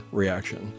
reaction